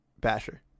Basher